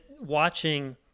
watching